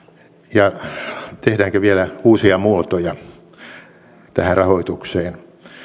ja tehdäänkö vielä uusia muotoja tähän rahoitukseen